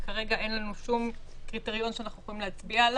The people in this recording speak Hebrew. הרבה יותר חריגות מאשר הנסיבות